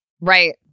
Right